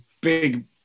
big